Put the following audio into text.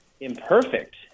imperfect